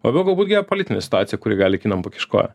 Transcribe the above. labiau galbūt geopolitinė situacija kuri gali kinam pakišt koją